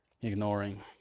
ignoring